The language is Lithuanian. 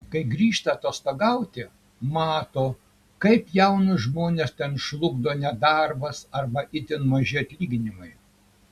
kai grįžta atostogauti mato kaip jaunus žmones ten žlugdo nedarbas arba itin maži atlyginimai